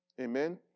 Amen